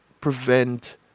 prevent